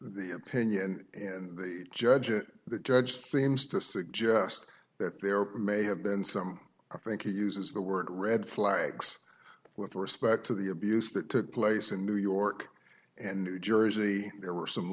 the opinion judge of the judge seems to suggest that there may have been some think he uses the word red flags with respect to the abuse that took place in new york and new jersey there were some